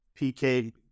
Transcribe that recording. PK